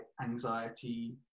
anxiety